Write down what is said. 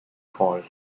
call